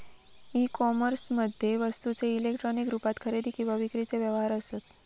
E कोमर्समध्ये वस्तूंचे electronic रुपात खरेदी किंवा विक्रीचे व्यवहार असत